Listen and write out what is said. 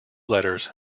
letters